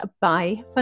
bye